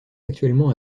actuellement